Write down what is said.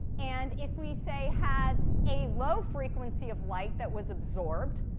and if we say, had a low frequency of light that was absorbed,